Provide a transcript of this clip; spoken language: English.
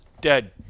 dead